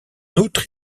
outre